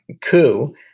coup